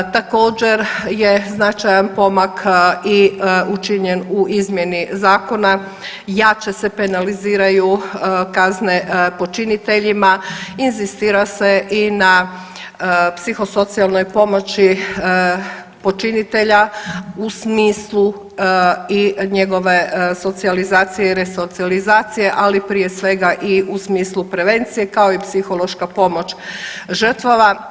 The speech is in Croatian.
Također je značajan pomak i učinjen u izmjeni zakona, jače se penaliziraju kazne počiniteljima, inzistira se i na psihosocijalnoj pomoći počinitelja u smislu i njegove socijalizacije i resocijalizacije, ali prije svega i u smislu prevencije, kao i psihološka pomoć žrtvama.